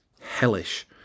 hellish